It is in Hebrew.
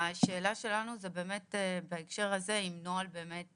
השאלה שלנו זה באמת בהקשר הזה אם נוהל באמת